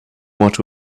what